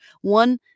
one